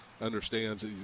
understands